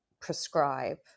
prescribe